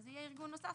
אז יהיה ארגון נוסף,